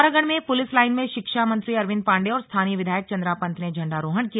पिथौरागढ में police line में शिक्षा मंत्री अरविंद पांडे और स्थानीय विधायक चद्रा पंत ने झंडा रोहण किया